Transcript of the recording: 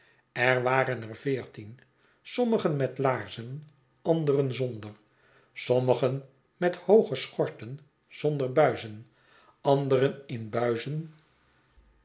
er waren er veertien somtnigen met laarzen anderen zonder sommigen met hooge schorten zonder buizen anderen in buizen